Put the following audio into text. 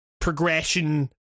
progression